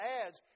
adds